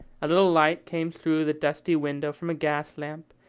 a little light came through the dusty window from a gas-lamp,